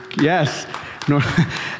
yes